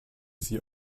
sie